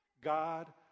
God